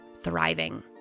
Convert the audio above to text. thriving